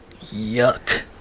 yuck